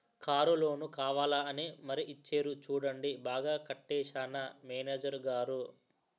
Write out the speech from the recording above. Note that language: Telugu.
కారు లోను కావాలా అని మరీ ఇచ్చేరు చూడండి బాగా కట్టేశానా మేనేజరు గారూ?